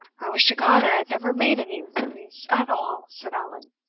i wish to god i had never made any inquiries at all! said allan.